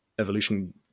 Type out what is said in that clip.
evolution